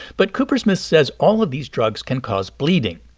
but coopersmith says all of these drugs can cause bleeding,